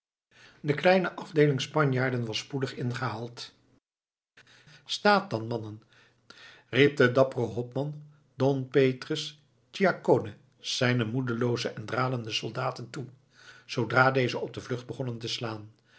de kleine afdeeling spanjaarden was spoedig ingehaald staat dan mannen riep de dappere hopman don petrus ciaccone zijnen moedeloozen en dralenden soldaten toe zoodra dezen op de vlucht begonnen te slaan